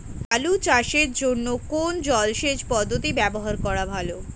আলু চাষের জন্য কোন জলসেচ পদ্ধতি ব্যবহার করা ভালো?